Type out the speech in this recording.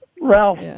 Ralph